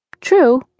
True